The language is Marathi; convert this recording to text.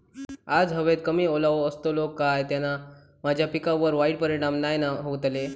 आज हवेत कमी ओलावो असतलो काय त्याना माझ्या पिकावर वाईट परिणाम नाय ना व्हतलो?